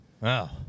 Wow